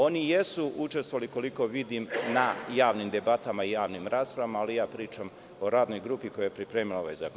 Oni jesu učestvovali, koliko vidim, na javnim debatama i javnim raspravama, ali ja pričam o radnoj grupi koja je pripremila ovaj zakon.